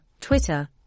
Twitter